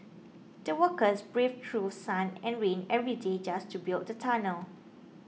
the workers braved through sun and rain every day just to build the tunnel